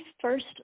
first